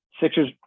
Sixers